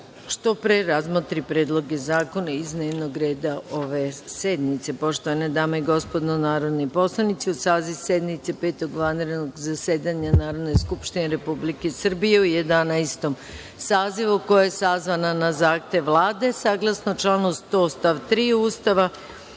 što pre razmotri predloge zakona iz dnevnog reda ove sednice. Poštovane dame i gospodo narodni poslanici, uz saziv sednice Petog vanrednog zasedanja Narodne skupštine Republike Srbije u Jedanaestom sazivu, koja je sazvana na zahtev Vlade, saglasno članu 106. stav 3. Ustava